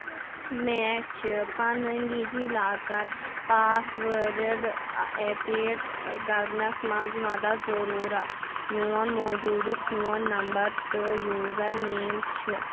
مےٚ چھِ پنٕنۍ ڈِی جی لاکر پاس وٲرڈِڈ ایپیٖٹ کَرنَس منٛز مدد ضروٗرت میٛون موٗجوٗدٕ فون نمبر تہٕ یوٗزر نیٚم چھِ